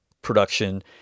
production